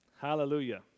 Hallelujah